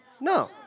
No